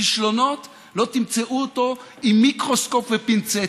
כישלונות, לא תמצאו אותו עם מיקרוסקופ ופינצטה.